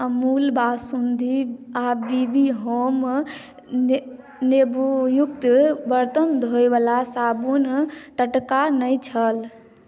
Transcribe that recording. अमूल बासुन्दी आ बी बी होम ने नेबोयुक्त बरतन धोयवला साबुन टटका नहि छल